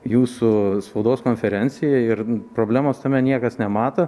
jūsų spaudos konferencija ir problemos tame niekas nemato